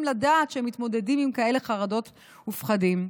לדעת שהם מתמודדים עם כאלה חרדות ופחדים.